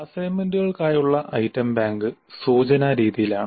അസൈൻമെന്റുകൾക്കായുള്ള item bank സൂചനാ രീതിയിലാണ്